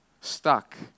stuck